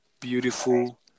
beautiful